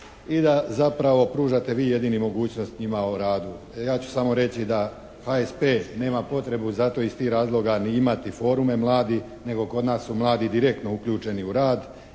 i da zapravo pružate vi jedini mogućnost njima u radu. Ja ću samo reći da HSP nema potrebu za to iz tih razloga ni imati forume mladih nego kod nas su mladi direktno uključeni u rad.